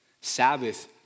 Sabbath